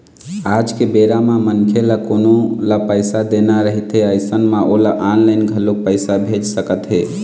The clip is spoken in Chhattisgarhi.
आज के बेरा म मनखे ल कोनो ल पइसा देना रहिथे अइसन म ओला ऑनलाइन घलोक पइसा भेज सकत हे